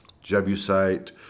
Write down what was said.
Jebusite